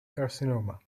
carcinoma